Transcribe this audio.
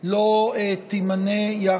לא יימנו.